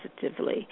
positively